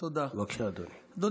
בבקשה, אדוני.